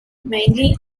mainly